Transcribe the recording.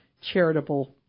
charitable